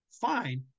Fine